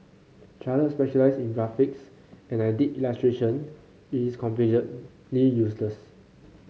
Charlotte specialised in graphics and I did illustration which is completely useless